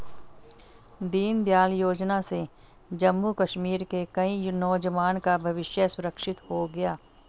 दीनदयाल योजना से जम्मू कश्मीर के कई नौजवान का भविष्य सुरक्षित हो गया